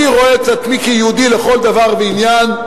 אני רואה את עצמי כיהודי לכל דבר ועניין,